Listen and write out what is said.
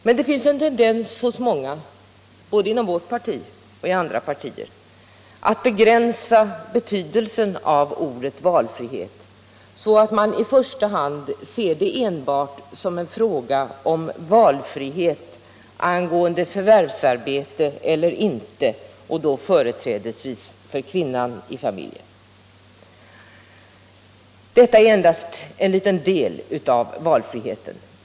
Men det finns en tendens hos många både inom vårt parti och i andra partier att begränsa betydelsen av ordet valfrihet så att man i första hand ser det enbart som en fråga om valfrihet angående förvärvsarbete eller inte och då företrädesvis för kvinnan i familjen. Detta är endast en liten del av valfriheten.